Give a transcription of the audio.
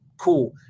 cool